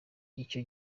icyo